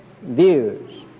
views